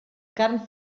carn